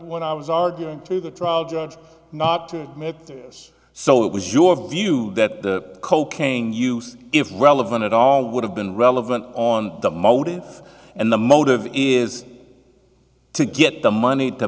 when i was arguing to the trial judge not to admit this so it was your view that cocaine use if relevant at all would have been relevant on the motives and the motive is to get the money to